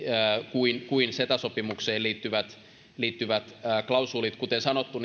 kuin kuin ceta sopimukseen liittyvät liittyvät klausuulit kuten sanottu